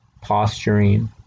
posturing